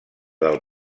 del